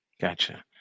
Gotcha